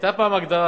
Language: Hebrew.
הגדרה,